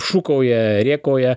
šūkauja rėkauja